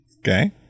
Okay